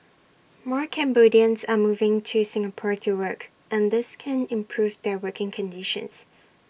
more Cambodians are moving to Singapore to work and this can improve their working conditions